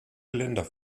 geländer